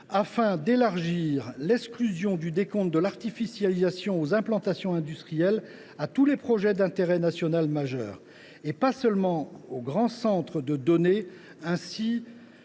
afin d’élargir l’exclusion du décompte de l’artificialisation aux implantations industrielles et à tous les projets d’intérêt national majeur, au delà des grands centres de données, ainsi